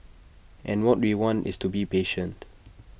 and what we want is to be patient